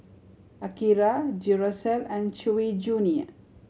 Akira Duracell and Chewy Junior